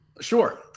Sure